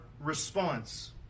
response